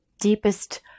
deepest